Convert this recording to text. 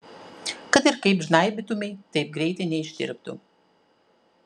kad ir kaip žnaibytumei taip greitai neištirptų